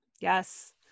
Yes